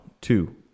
two